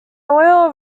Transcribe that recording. oil